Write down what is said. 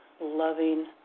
loving